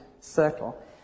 circle